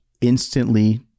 instantly